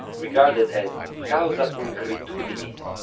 regarded as causa pulchiritudinis,